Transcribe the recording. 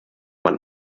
man